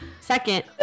Second